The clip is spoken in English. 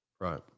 Right